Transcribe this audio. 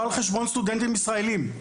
לא על חשבון סטודנטים ישראלים.